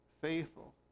faithful